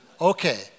Okay